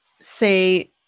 say